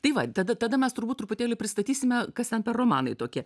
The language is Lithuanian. tai va tada tada mes turbūt truputėlį pristatysime kas ten per romanai tokie